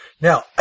Now